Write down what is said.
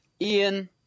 Ian